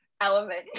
element